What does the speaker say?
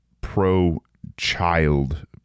pro-child